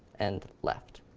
and left.